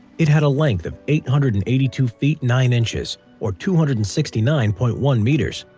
it had a length of eight hundred and eighty two feet, nine inches or two hundred and sixty nine point one meters,